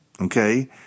okay